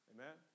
Amen